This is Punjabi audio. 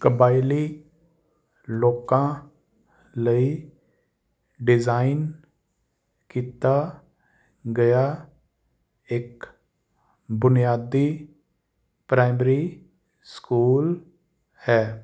ਕਬਾਇਲੀ ਲੋਕਾਂ ਲਈ ਡਿਜ਼ਾਈਨ ਕੀਤਾ ਗਿਆ ਇੱਕ ਬੁਨਿਆਦੀ ਪ੍ਰਾਇਮਰੀ ਸਕੂਲ ਹੈ